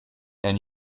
and